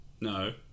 No